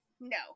no